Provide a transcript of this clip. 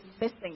missing